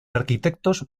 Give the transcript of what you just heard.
arquitectos